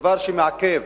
דבר שמעכב